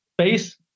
space